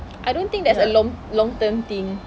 I don't think that's a long long term thing